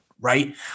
right